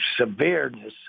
severeness